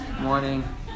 Morning